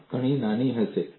તાણ ઘણી નાની હશે